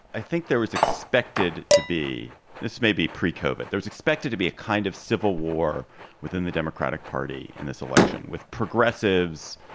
i think there is expected to be this may be pre covered. there's expected to be a kind of civil war within the democratic party in this election with progressives